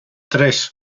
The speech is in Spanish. tres